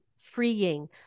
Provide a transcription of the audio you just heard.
freeing